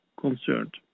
concerned